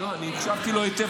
הקשבתי לו היטב,